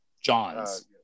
Johns